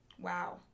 Wow